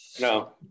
No